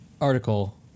article